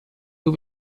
who